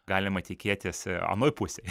galima tikėtis anoj pusėj